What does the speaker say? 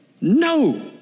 no